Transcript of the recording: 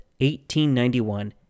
1891